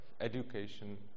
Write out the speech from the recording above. education